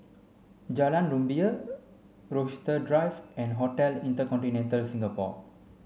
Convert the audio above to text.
Jalan Rumbia Rochester Drive and Hotel InterContinental Singapore